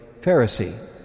Pharisee